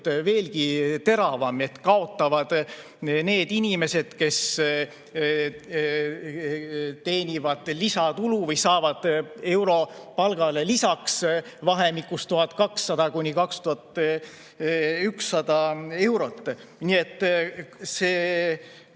veelgi teravam. Kaotavad need inimesed, kes teenivad lisatulu või saavad palgale lisaks vahemikus 1200–2100 eurot. Nii et see